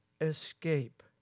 escape